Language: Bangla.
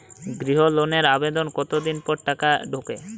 গৃহ লোনের আবেদনের কতদিন পর টাকা ঢোকে?